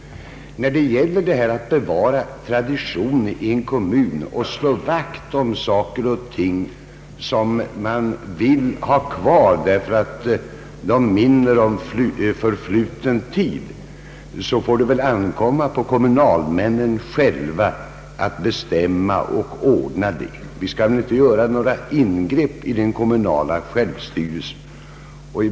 När det gäller att i en kommun bevara tradition och slå vakt om saker och ting som minner om förfluten tid måste det ankomma på kommunalmännen själva att bestämma och ordna detta. Vi skall inte göra några ingrepp i den kommunala självstyrelsen.